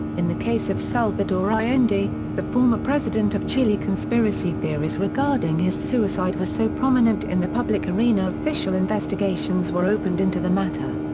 in the case of salvador allende, the former president of chile conspiracy theories regarding his suicide were so prominent in the public arena official investigations were opened into the matter.